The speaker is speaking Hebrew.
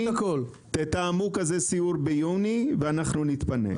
תתאמו כזה סיור ביוני ואנחנו נתפנה.